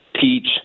teach